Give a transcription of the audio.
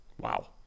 wow